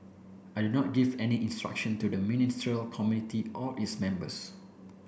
I do not give any instruction to the Ministerial Committee or its members